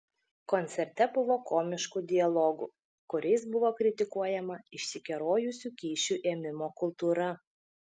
koncerte buvo komiškų dialogų kuriais buvo kritikuojama išsikerojusi kyšių ėmimo kultūra